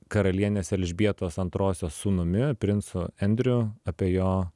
karalienės elžbietos antrosios sūnumi princu endriu apie jo